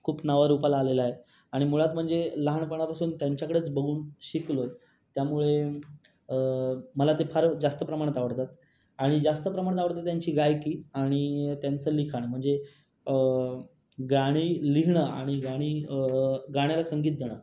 खूप नावरूपाला आलेला आहे आणि मुळात म्हणजे लहानपणापासून त्यांच्याकडंच बघून शिकलो त्यामुळे मला ते फार जास्त प्रमाणात आवडतात आणि जास्त प्रमाणात आवडते त्यांची गायकी आणि त्यांचं लिखाण म्हणजे गाणी लिहिणं आणि गाणी गाण्याला संगीत देणं